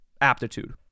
aptitude